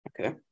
Okay